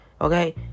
Okay